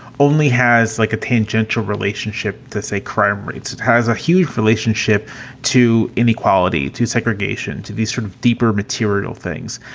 only has like a tangential relationship to, say, crime rates. it has a huge relationship to inequality, to segregation, to these sort of deeper material things.